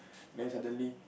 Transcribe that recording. then suddenly